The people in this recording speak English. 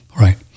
right